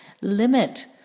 Limit